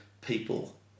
people